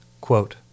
quote